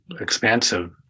Expansive